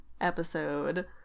episode